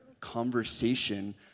conversation